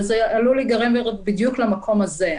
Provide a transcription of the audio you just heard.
וזה עלול להיגרר בדיוק למקום הזה.